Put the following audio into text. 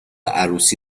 عروسی